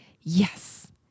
yes